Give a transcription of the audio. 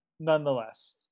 nonetheless